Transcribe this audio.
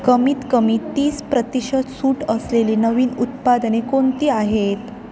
कमीत कमी तीस प्रतिशत सूट असलेली नवीन उत्पादने कोणती आहेत